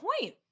point